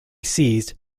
ceased